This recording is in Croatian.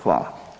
Hvala.